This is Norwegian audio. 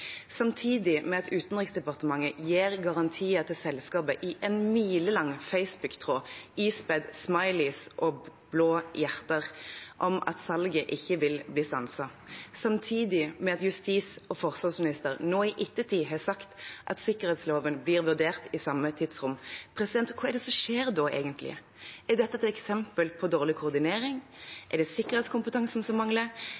Utenriksdepartementet garantier til selskapet i en milelang Facebook-tråd, ispedd smileys og blå hjerter, om at salget ikke vil bli stanset, samtidig med at justisministeren og forsvarsministeren nå i ettertid har sagt at sikkerhetsloven blir vurdert i samme tidsrom. Hva er det som skjer da, egentlig? Er dette et eksempel på dårlig